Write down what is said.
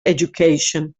education